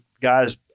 guys